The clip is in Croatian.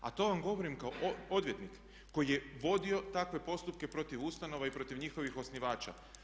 A to vam govorim kao odvjetnik koji je vodio takve postupke protiv ustanova i protiv njihovih osnivača.